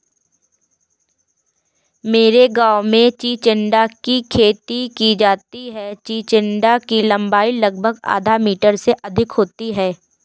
मेरे गांव में चिचिण्डा की खेती की जाती है चिचिण्डा की लंबाई लगभग आधा मीटर से अधिक होती है